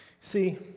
See